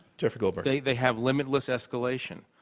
jeff goldberg. they they have limitless escalation.